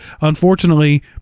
unfortunately